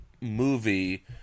movie